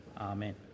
Amen